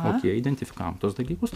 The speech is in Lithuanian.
okei identifikavom tuos dalykus